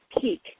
peak